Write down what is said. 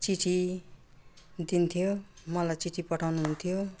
चिट्ठी दिन्थ्यो मलाई चिट्ठी पठाउनुहुन्थ्यो